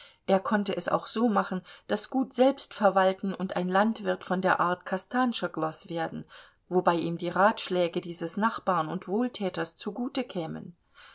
er konnte es auch so machen das gut selbst verwalten und ein landwirt von der art kostanschoglos werden wobei ihm die ratschläge dieses nachbarn und wohltäters zugute kämen